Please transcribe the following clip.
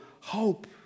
hope